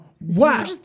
Wow